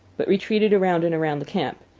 but retreated around and around the camp,